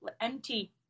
empty